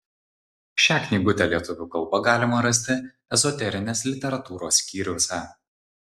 šią knygutę lietuvių kalba galima rasti ezoterinės literatūros skyriuose